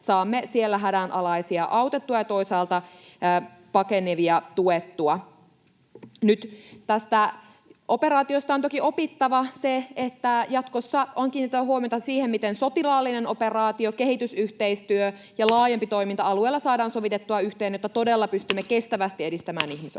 saamme siellä hädänalaisia autettua ja toisaalta pakenevia tuettua. Nyt tästä operaatiosta on toki opittava se, että jatkossa on kiinnitettävä huomiota siihen, miten sotilaallinen operaatio, kehitysyhteistyö ja laajempi toiminta alueella saadaan sovitettua yhteen, jotta todella pystymme kestävästi edistämään ihmisoikeuksia.